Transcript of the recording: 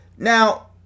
Now